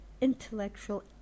intellectual